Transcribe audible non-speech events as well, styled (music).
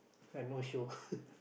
ah no show (laughs)